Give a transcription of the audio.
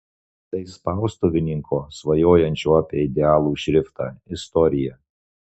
tai spaustuvininko svajojančio apie idealų šriftą istorija